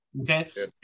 okay